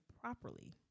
properly